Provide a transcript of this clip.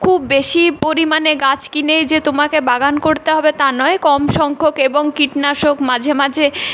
খুব বেশিই পরিমাণে গাছ কিনেই যে তোমাকে বাগান করতে হবে তা নয় কম সংখ্যক এবং কীটনাশক মাঝে মাঝে